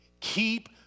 Keep